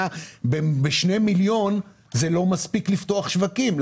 שני מיליון שקל לא מספיקים כדי לפתוח שווקים.